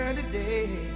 today